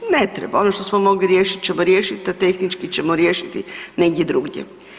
Ne treba, ono što smo mogli riješit ćemo riješit, a tehnički ćemo riješiti negdje drugdje.